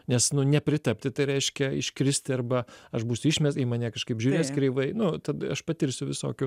nes nepritapti tai reiškia iškristi arba aš būsiu išmes į mane kažkaip žiūrės kreivai nu tada aš patirsiu visokių